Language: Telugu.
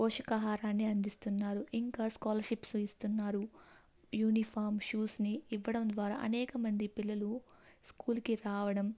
పోషకాహారాన్ని అందిస్తున్నారు ఇంకా స్కాలర్షిప్స్ ఇస్తున్నారు యూనిఫామ్ షూస్ని ఇవ్వడం ద్వారా అనేకమంది పిల్లలు స్కూల్కి రావడం